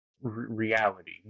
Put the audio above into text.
reality